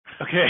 Okay